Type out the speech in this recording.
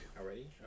Already